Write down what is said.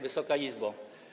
Wysoka Izbo!